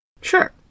Sure